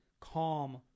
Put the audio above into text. calm